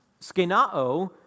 skenao